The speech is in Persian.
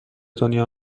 دنیا